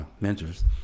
mentors